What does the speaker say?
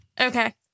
Okay